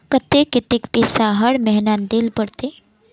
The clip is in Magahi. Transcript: केते कतेक पैसा हर महीना देल पड़ते?